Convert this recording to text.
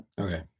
Okay